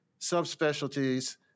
subspecialties